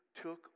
took